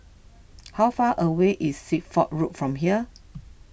how far away is Suffolk Road from here